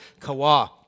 kawah